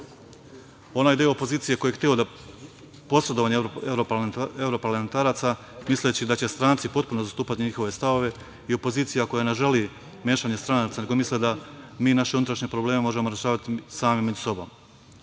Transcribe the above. deo opozicije koji je hteo da posredovanje evroparlamentaraca misleći da će stranci potpuno zastupati njihove stavove i opozicija koja ne želi mešanje stranaca, nego misle da mi naše unutrašnje probleme možemo rešavati sami među sobom.